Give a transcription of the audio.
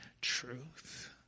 truth